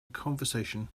conversation